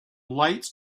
light